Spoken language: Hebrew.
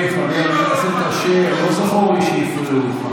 זו הממשלה של נפתלי בנט.